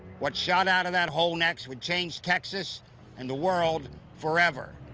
what shot out of that hole next would change texas and the world for ever.